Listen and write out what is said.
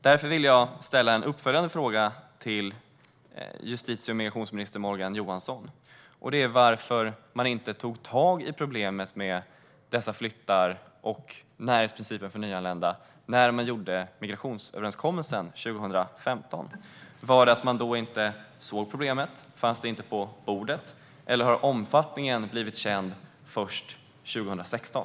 Därför vill jag ställa en uppföljande fråga till justitie och migrationsminister Morgan Johansson. Varför tog man inte tag i problemet med dessa flyttar när man gjorde migrationsöverenskommelsen 2015? Var det därför att man då inte såg problemet - fanns det inte på bordet? Eller har omfattningen blivit känd först 2016?